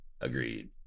Agreed